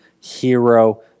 hero